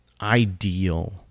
ideal